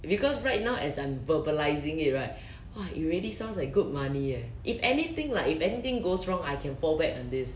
because right now as I'm verbalising it right !wah! it really sounds like good money eh if anything like if anything goes wrong I can fall back on this